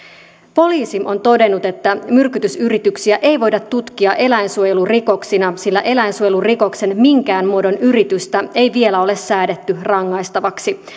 poliisi on todennut että myrkytysyrityksiä ei voida tutkia eläinsuojelurikoksina sillä eläinsuojelurikoksen minkään muodon yritystä ei vielä ole säädetty rangaistavaksi